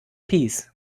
peas